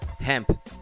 hemp